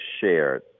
shared